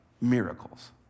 miracles